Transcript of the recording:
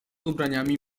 ubraniami